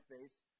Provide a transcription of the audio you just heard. face